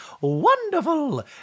Wonderful